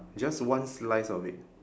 just one slice of it